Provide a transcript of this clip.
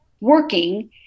working